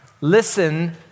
Listen